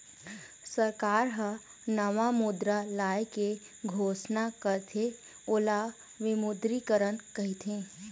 सरकार ह नवा मुद्रा लाए के घोसना करथे ओला विमुद्रीकरन कहिथें